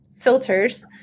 filters